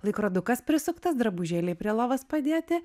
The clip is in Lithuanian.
laikrodukas prisuktas drabužėliai prie lovos padėti